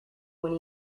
when